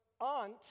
...aunt